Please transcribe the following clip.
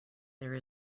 there